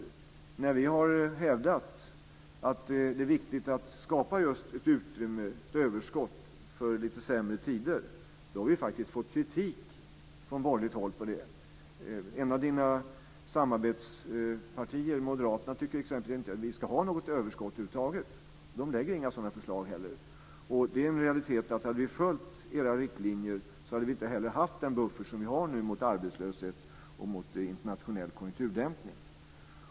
När vi har hävdat att det är viktigt att skapa just ett utrymme, ett överskott, för lite sämre tider har vi faktiskt fått kritik för det från borgerligt håll. Ett av Mats Odells samarbetspartier, Moderaterna, tycker t.ex. inte att vi ska ha något överskott över huvud taget. De lägger inte heller fram några sådana förslag. Det är en realitet att om vi hade följt era riktlinjer hade vi inte haft den buffert som vi nu har mot arbetslöshet och mot internationell konjunkturdämpning.